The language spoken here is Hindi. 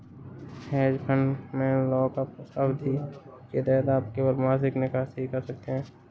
हेज फंड में लॉकअप अवधि के तहत आप केवल मासिक निकासी ही कर सकते हैं